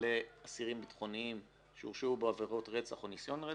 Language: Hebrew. לאסירים ביטחוניים שהורשעו בעבירות רצח או ניסיון רצח.